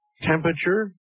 temperature